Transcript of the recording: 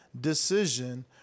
decision